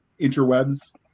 interwebs